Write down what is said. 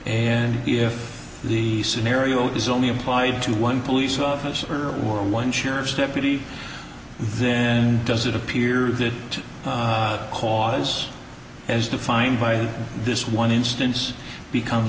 and if the scenario is only applied to one police officer or one sheriff's deputy then does it appear that to cause as defined by this one instance become